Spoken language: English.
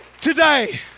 today